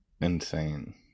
insane